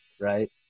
Right